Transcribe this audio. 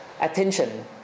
attention